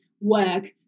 work